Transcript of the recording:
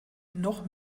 noch